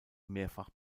mehrfach